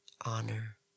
honor